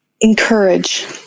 encourage